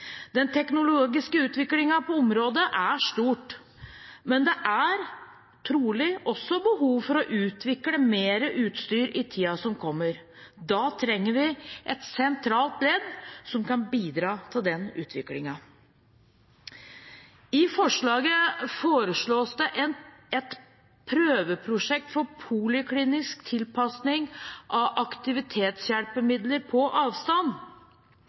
Den teknologiske utviklingen på området er stor. Men det er trolig også behov for å utvikle mer utstyr i tiden som kommer. Da trenger vi et sentralt ledd som kan bidra til utviklingen. I forslaget foreslås det et prøveprosjekt for poliklinisk tilpasning av aktivitetshjelpemidler på avstand.